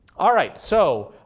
all right. so